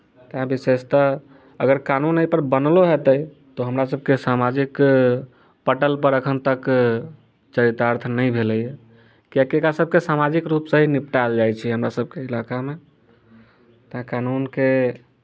तैँ विशेषतः अगर कानून एहिपर बनलो हेतै तऽ हमरासभके सामाजिक पटलपर एखन तक चरितार्थ नहि भेलैए किआकि एकरासभके सामाजिक रूपसँ ही निपटायल जाइत छै हमरासभके इलाकामे तैँ कानूनके